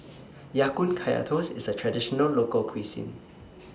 Ya Kun Kaya Toast IS A Traditional Local Cuisine